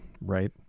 right